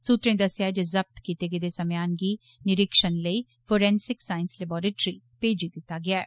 सूत्रे दस्सेआ ऐ जे जब्त कीते गेदे समेयान गी निरक्षण लेई फोरेनसिक सांईस लेबारटरी भेजी दित्ता गेआ ऐ